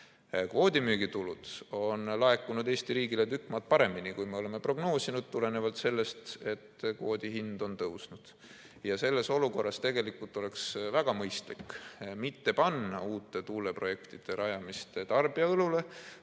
Kvoodimüügi tulud on laekunud Eesti riigile tükk maad paremini, kui me oleme prognoosinud, kuna kvoodi hind on tõusnud. Ja selles olukorras tegelikult oleks väga mõistlik mitte panna uute tuuleparkide rajamist tarbija õlule,